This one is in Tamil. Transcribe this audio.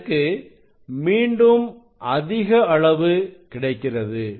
எனக்கு மீண்டும் அதிக அளவு கிடைக்கிறது